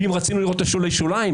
ואם רוצים לראות את שולי השוליים,